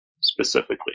specifically